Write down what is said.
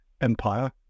empire